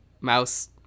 mouse